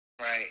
Right